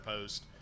post